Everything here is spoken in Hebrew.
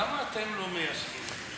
למה אתם לא מיישמים את זה?